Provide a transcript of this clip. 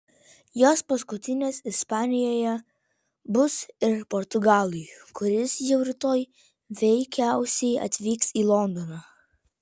jos paskutinės ispanijoje bus ir portugalui kuris jau rytoj veikiausiai atvyks į londoną